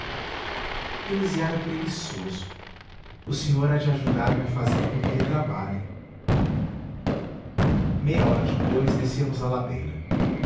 é preguiçoso o senhor há de ajudar me a fazer com que ele trabalhe meia hora depois descíamos a ladeira